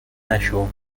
نشو